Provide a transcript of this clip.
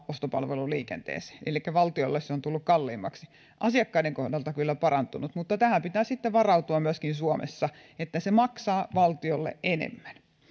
ostopalveluliikenteeseen elikkä valtiolle se on tullut kalliimmaksi asiakkaiden kohdalta kyllä parantunut mutta tähän pitää sitten varautua myöskin suomessa että se maksaa valtiolle enemmän